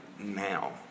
now